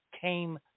came